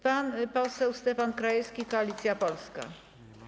Pan poseł Stefan Krajewski, Koalicja Polska.